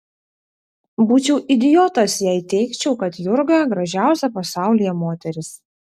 būčiau idiotas jei teigčiau kad jurga gražiausia pasaulyje moteris